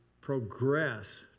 progress